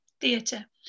theatre